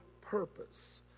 purpose